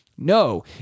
No